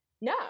No